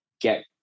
get